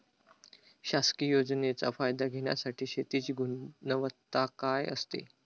शासकीय योजनेचा फायदा घेण्यासाठी शेतीची गुणवत्ता काय असते?